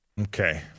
Okay